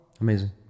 Amazing